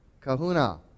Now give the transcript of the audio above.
kahuna